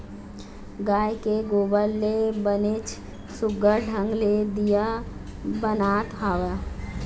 गाय के गोबर ले बनेच सुग्घर ढंग ले दीया बनात हवय